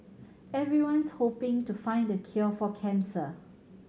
everyone's hoping to find the cure for cancer